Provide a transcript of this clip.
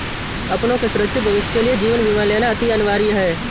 अपनों के सुरक्षित भविष्य के लिए जीवन बीमा लेना अति अनिवार्य है